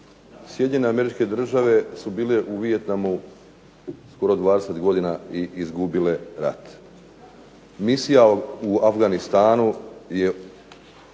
Sjedinjene Američke Države su bile u Vijetnamu skoro 20 godina i izgubile rat. Misija u Afganistanu je